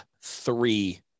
three